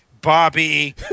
Bobby